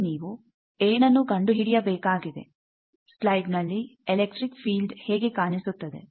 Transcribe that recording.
ಅಲ್ಲಿ ನೀವು ಏನನ್ನು ಕಂಡುಹಿಡಿಯಬೇಕಾಗಿದೆ ಸ್ಲೈಡ್ನಲ್ಲಿ ಎಲೆಕ್ಟ್ರಿಕ್ ಫೀಲ್ಡ್ ಹೇಗೆ ಕಾಣಿಸುತ್ತದೆ